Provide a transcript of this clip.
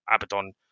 Abaddon